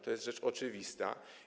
To jest rzecz oczywista.